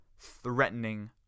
threatening